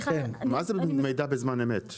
מה זה מידע בזמן אמת?